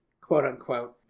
quote-unquote